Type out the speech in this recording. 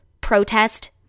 protest